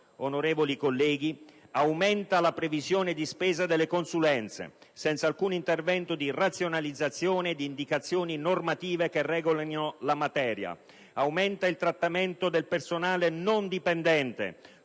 onorevoli colleghi, aumenta la previsione di spesa delle consulenze, senza alcun intervento di razionalizzazione e di indicazioni normative regolanti la materia. Aumenta il trattamento del personale non dipendente,